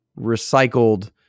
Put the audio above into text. recycled